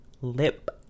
lip